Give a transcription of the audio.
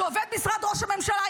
שהוא עובד משרד ראש הממשלה,